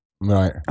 right